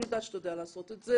אני יודעת שאתה יודע לעשות את זה.